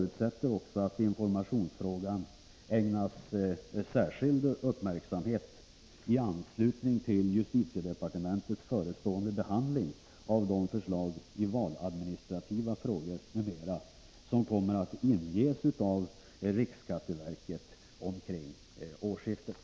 Utskottet föreslår att informationsfrågan ägnas särskild uppmärksamhet i anslutning till justitiedepartementet förestående behandling av de förslag i valadministrativa frågor m.m. som kommer att inges av riksskatteverket omkring årsskiftet.